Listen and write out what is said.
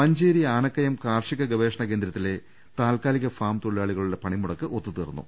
മഞ്ചേരി ആനക്കയം കാർഷിക ഗവേഷണ കേന്ദ്രത്തിലെ താൽക്കാ ലിക ഫാം തൊഴിലാളികളുടെ പണിമുടക്ക് ഒത്തുതീർന്നു